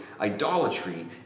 idolatry